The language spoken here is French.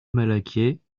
malaquais